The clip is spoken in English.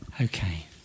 Okay